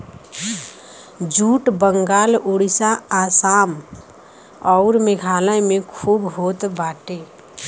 jute Bengal Orissa Assam अउर मेघालय में खूब होत बाटे